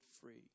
free